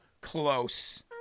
close